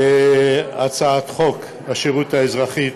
להצעת חוק השירות האזרחי,